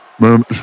man